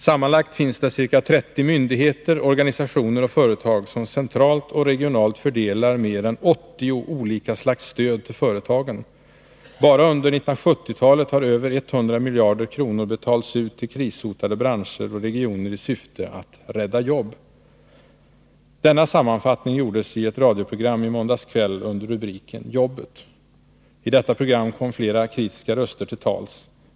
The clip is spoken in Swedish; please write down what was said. Sammanlagt finns det ca 30 myndigheter, organisationer och företag som centralt och regionalt fördelar mer än 80 olika slags stöd till företagen. Bara under 1970-talet har över 100 miljarder kronor betalats ut till krishotade branscher och regioner i syfte att ”rädda jobb”. Denna sammanfattning gjordes i ett radioprogram i måndags kväll under rubriken ”Jobbet”. I detta program kom flera kritiska röster till tals.